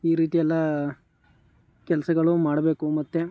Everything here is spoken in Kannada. ಈ ರೀತಿಯಲ್ಲಾ ಕೆಲಸಗಳು ಮಾಡಬೇಕು ಮತ್ತು